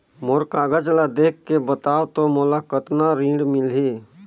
मोर कागज ला देखके बताव तो मोला कतना ऋण मिलही?